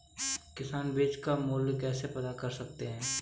किसान बीज का मूल्य कैसे पता कर सकते हैं?